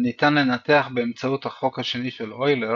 וניתן לנתח באמצעות החוק השני של אוילר